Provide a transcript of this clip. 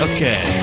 Okay